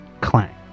Clang